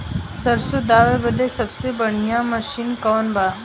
सरसों दावे बदे सबसे बढ़ियां मसिन कवन बा?